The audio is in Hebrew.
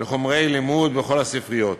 לחומרי לימוד בכל הספריות.